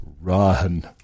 Run